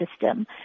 system